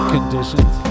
Conditions